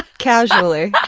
casually.